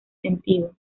sentido